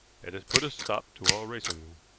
it has put a stop to all racing.